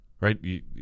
right